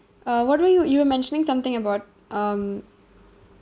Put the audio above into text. uh what were you you were mentioning something about um